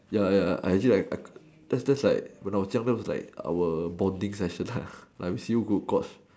ya ya I actually expect that's like when I was young time that was like our bonding session like see who caught